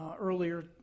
earlier